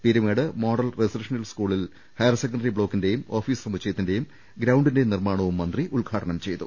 Peermade model residential സ്കൂളിൽ higher secondary ബ്ലോക്കിന്റേയും office സമുച്ചയത്തിന്റേയും ഗ്രൌണ്ടിന്റേയും നിർമ്മാണവും മന്ത്രി ഉദ്ഘാ ടനം ചെയ്തു